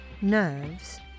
Nerves